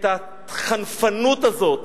את החנפות הזאת.